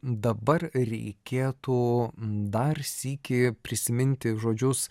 dabar reikėtų dar sykį prisiminti žodžius